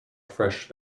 fresh